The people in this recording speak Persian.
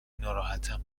ناراحتم